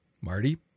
Marty